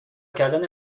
کردن